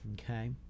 okay